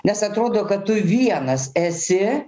nes atrodo kad tu vienas esi